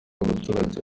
abaturage